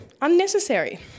unnecessary